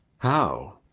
how?